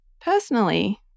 Personally